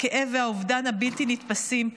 הכאב והאובדן הבלתי-נתפסים,